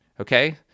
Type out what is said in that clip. okay